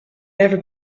never